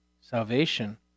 salvation